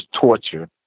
torture